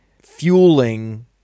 fueling